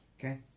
Okay